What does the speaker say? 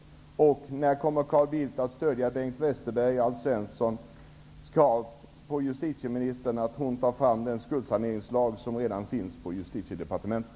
När kommer Carl Bildt att stödja att Bengt Westerberg, Alf Svensson och justitieminitern tar fram den skuldsaneringslag som redan finns utarbetad i Justitiedepartementet?